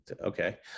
okay